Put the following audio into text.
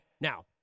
now